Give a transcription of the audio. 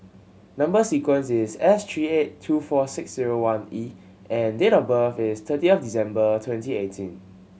number sequence is S three eight two four six zero one E and date of birth is thirty of December twenty eighteen